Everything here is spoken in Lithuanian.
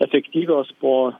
efektyvios po